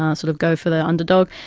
um sort of go for the underdog.